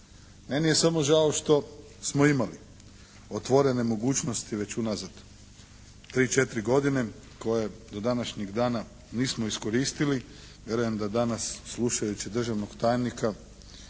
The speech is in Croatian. Meni je samo žao smo imali otvorene mogućnosti već unazad 3-4 godine koje do današnjeg dana nismo iskoristili, vjerujem da danas slušajući državnog tajnika